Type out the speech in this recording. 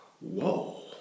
Whoa